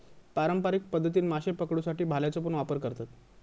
पारंपारिक पध्दतीन माशे पकडुसाठी भाल्याचो पण वापर करतत